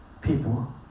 People